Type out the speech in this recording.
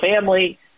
family